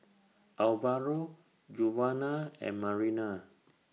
Alvaro Djuana and Marina